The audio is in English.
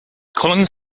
collins